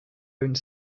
owned